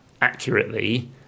accurately